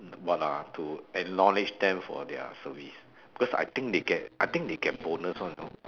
what ah to acknowledge them for their service because I think they get I think they get bonus [one] know